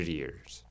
years